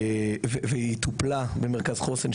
והיא טופלה במרכז חוסן,